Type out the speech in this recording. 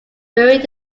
buried